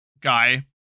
guy